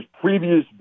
previous